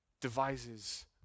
devises